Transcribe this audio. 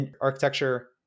architecture